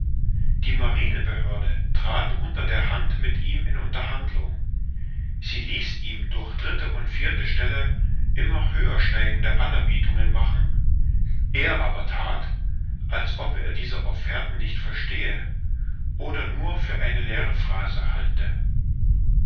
die marinebehörde trat unter der hand mit ihm in unterhandlung sie ließ ihm durch dritte und vierte stelle immer höher steigende anerbietungen machen er aber that als ob er diese offerten nicht verstehe oder nur für eine leere phrase halte